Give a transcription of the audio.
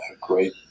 great